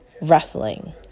wrestling